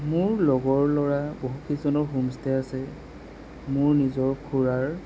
মোৰ লগৰ ল'ৰাৰ বহুকেইজনৰ হোমষ্টে' আছে মোৰ নিজৰ খুড়াৰ